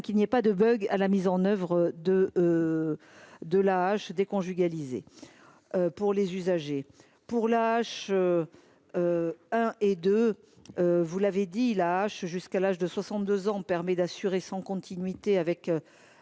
qu'il n'y ait pas de bug à la mise en oeuvre de de l'âge déconjugaliser pour les usagers pour la H hein et de vous l'avez dit, jusqu'à l'âge de 62 ans permet d'assurer son continuité avec